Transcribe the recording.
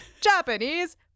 Japanese